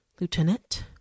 Lieutenant